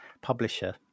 publisher